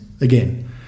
again